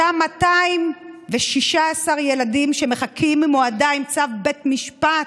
אותם 216 ילדים שמחכים עם הועדה, עם צו בית משפט,